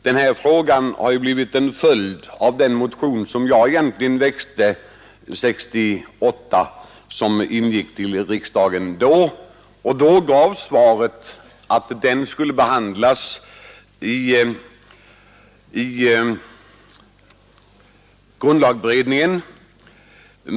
Den här frågan har nämligen blivit en följd av den motion som jag egentligen väckte vid 1968 års riksdag, och då gavs svaret att den skulle behandlas i grundlagberedningen.